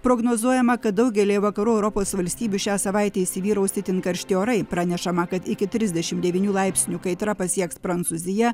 prognozuojama kad daugelyje vakarų europos valstybių šią savaitę įsivyraus itin karšti orai pranešama kad iki trisdešim devynių laipsnių kaitra pasieks prancūziją